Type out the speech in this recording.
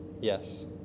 Yes